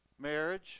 Marriage